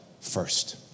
first